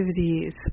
activities